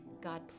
God